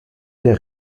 der